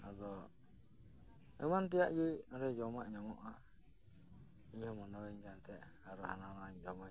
ᱟᱫᱚ ᱮᱢᱟᱱ ᱛᱮᱭᱟᱜ ᱜᱮ ᱚᱸᱰᱮ ᱡᱚᱢᱟᱜ ᱧᱟᱢᱚᱜᱼᱟ ᱤᱧ ᱦᱚᱸ ᱢᱚᱱᱮᱭᱟᱹᱧ ᱠᱟᱱ ᱛᱟᱦᱮᱸᱜᱼᱮ ᱟᱨ ᱦᱚᱸ ᱦᱟᱱᱟ ᱱᱟᱣᱟᱧ ᱡᱚᱢᱟᱧ